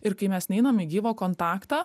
ir kai mes neinam į gyvą kontaktą